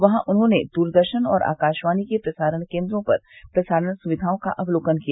वहां उन्होंने दूरदर्शन और आकाशवाणी के प्रसारण केन्द्रों पर प्रसारण सुविधाओं का अवलोकन किया